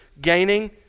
gaining